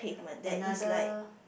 another